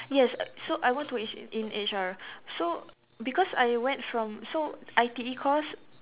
yes so I want to H in H_R so because I went from so I_T_E course